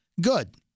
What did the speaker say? good